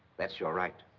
that's your right.